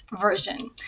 version